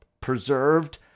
preserved